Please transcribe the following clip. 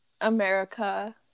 America